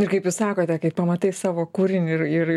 ir kaip jūs sakote kai pamatai savo kūrinį ir ir